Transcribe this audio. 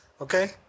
Okay